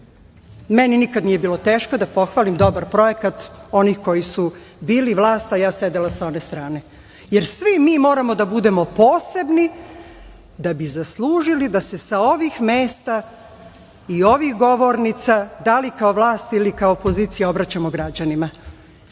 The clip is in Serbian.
nikad nije bilo teško da pohvalim dobar projekat onih koji su bili vlast, a ja sedela sa one strane, jer svi mi moramo da budemo posebni da bi zaslužili da se sa ovih mesta i ovih govornica, da li kao vlast, ili kao opozicija, obraćamo građanima.Za